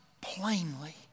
plainly